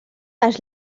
les